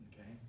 Okay